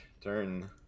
turn